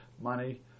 money